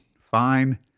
Fine